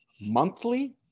monthly